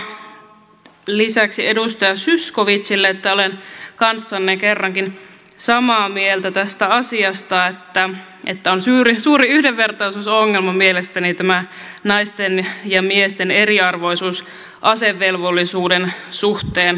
haluaisin lisäksi sanoa edustaja zyskowiczille että olen kanssanne kerrankin samaa mieltä siitä asiasta että on suuri yhdenvertaisuusongelma mielestäni tämä naisten ja miesten eriarvoisuus asevelvollisuuden suhteen